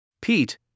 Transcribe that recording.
Pete